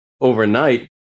overnight